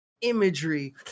imagery